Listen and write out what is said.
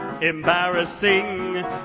embarrassing